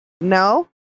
no